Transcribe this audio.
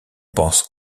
pense